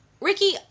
Ricky